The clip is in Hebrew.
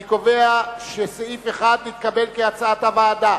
אני קובע שסעיף 1 נתקבל כהצעת הוועדה.